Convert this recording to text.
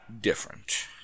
different